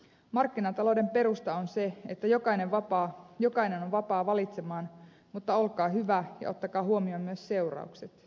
markkinatalouden perusta on se että jokainen on vapaa valitsemaan mutta olkaa hyvä ja ottakaa huomioon myös seuraukset